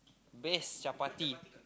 best chapati